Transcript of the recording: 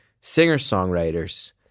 singer-songwriters